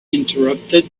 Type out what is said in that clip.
interrupted